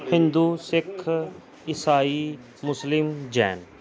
ਹਿੰਦੂ ਸਿੱਖ ਈਸਾਈ ਮੁਸਲਿਮ ਜੈਨ